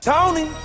Tony